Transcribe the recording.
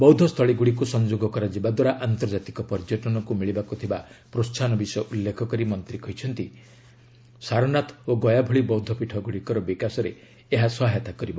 ବୌଦ୍ଧସ୍ଥଳୀଗୁଡ଼ିକୁ ସଂଯୋଗ କରାଯିବା ଦ୍ୱାରା ଆନ୍ତର୍ଜାତିକ ପର୍ଯ୍ୟଟନକୁ ମିଳିବାକୁ ଥିବା ପ୍ରୋସାହନ ବିଷୟ ଉଲ୍ଲେଖ କରି ମନ୍ତ୍ରୀ କହିଛନ୍ତି ସାରନାଥ ଓ ଗୟା ଭଳି ବୌଦ୍ଧପୀଠଗୁଡ଼ିକର ବିକାଶରେ ଏହା ସହାୟତା କରିବ